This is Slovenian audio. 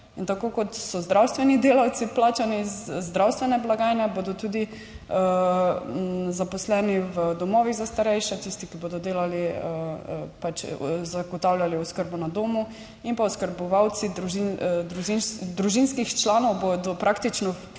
In tako, kot so zdravstveni delavci plačani iz zdravstvene blagajne, bodo tudi zaposleni v domovih za starejše, tisti, ki bodo delali, pač zagotavljali oskrbo na domu in pa oskrbovalci družinskih članov bodo praktično